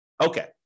Okay